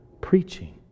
preaching